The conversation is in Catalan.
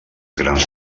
grans